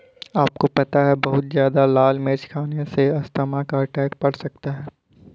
आपको पता है बहुत ज्यादा लाल मिर्च खाने से अस्थमा का अटैक पड़ सकता है?